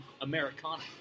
Americana